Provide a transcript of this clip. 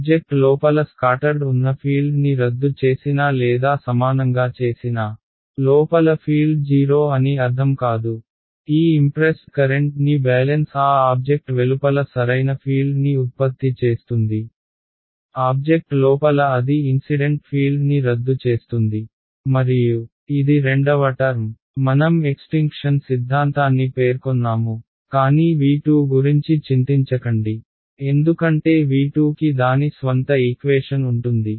object లోపల scattered ఉన్న ఫీల్డ్ని రద్దు చేసినా లేదా సమానంగా చేసినా లోపల ఫీల్డ్ 0 అని అర్ధం కాదు ఈ ఇంప్రెస్డ్ కరెంట్ని బ్యాలెన్స్ ఆ ఆబ్జెక్ట్ వెలుపల సరైన ఫీల్డ్ని ఉత్పత్తి చేస్తుంది ఆబ్జెక్ట్ లోపల అది ఇన్సిడెంట్ ఫీల్డ్ని రద్దు చేస్తుంది మరియు ఇది రెండవ టర్మ్ మనం ఎక్స్టింక్షన్ సిద్ధాంతాన్ని పేర్కొన్నాము కానీ V2 గురించి చింతించకండి ఎందుకంటే V2 కి దాని స్వంత ఈక్వేషన్ ఉంటుంది